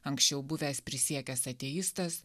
anksčiau buvęs prisiekęs ateistas